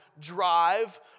drive